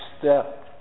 step